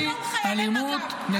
בלי אלימות.